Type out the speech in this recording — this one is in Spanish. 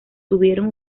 tuvieron